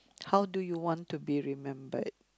how do you want to be remembered